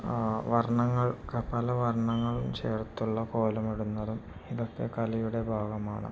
വർണ്ണങ്ങൾ പല വർണങ്ങളും ചേർത്തുള്ള കോലമിടുന്നതും ഇതൊക്കെ കലയുടെ ഭാഗമാണ്